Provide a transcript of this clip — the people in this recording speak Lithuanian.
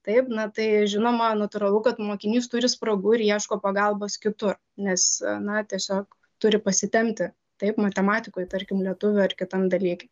taip na tai žinoma natūralu kad mokinys turi spragų ir ieško pagalbos kitur nes na tiesiog turi pasitempti taip matematikoj tarkim lietuvių ar kitam dalyke